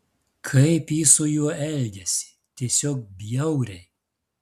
kaip ji su juo elgiasi tiesiog bjauriai